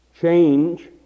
Change